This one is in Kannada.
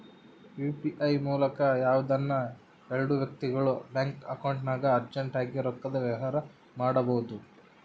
ಯು.ಪಿ.ಐ ಮೂಲಕ ಯಾವ್ದನ ಎಲ್ಡು ವ್ಯಕ್ತಿಗುಳು ಬ್ಯಾಂಕ್ ಅಕೌಂಟ್ಗೆ ಅರ್ಜೆಂಟ್ ಆಗಿ ರೊಕ್ಕದ ವ್ಯವಹಾರ ಮಾಡ್ಬೋದು